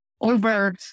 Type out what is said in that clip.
over